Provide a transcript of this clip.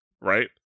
right